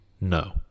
No